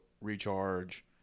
recharge